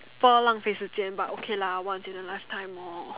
不要浪费时间 but okay lah once in lifetime lor